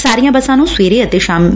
ਸਾਰੀਆਂ ਬੱਸਾਂ ਨੂੰ ਸਵੇਰੇ ਅਤੇ ਸ਼ਾਮੀ ਜਾਏਗੀ